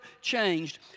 changed